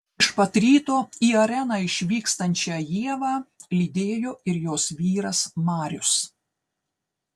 iš pat ryto į areną išvykstančią ievą lydėjo ir jos vyras marius